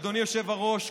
אדוני היושב-ראש,